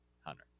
Hunter